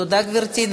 תודה, גברתי.